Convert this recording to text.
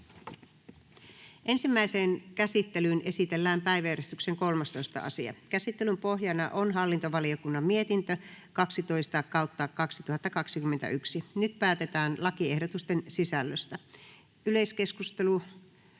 Ensimmäiseen käsittelyyn esitellään päiväjärjestyksen 12. asia. Käsittelyn pohjana on talousvaliokunnan mietintö TaVM 23/2021 vp. Nyt päätetään lakiehdotusten sisällöstä. — Yleiskeskustelu,